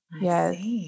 Yes